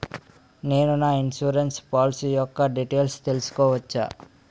నేను నా insurance policy యెక్క డీటైల్స్ తెల్సుకోవచ్చా?